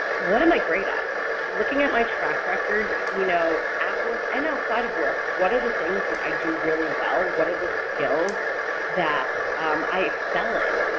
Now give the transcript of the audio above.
what am i great at? with looking at my track record, you know at work and outside of work, what are the things that i do really well, what are the skills that i excel in?